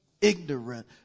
ignorant